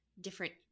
different